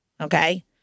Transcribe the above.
okay